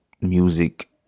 music